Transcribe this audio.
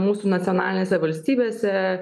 mūsų nacionalinėse valstybėse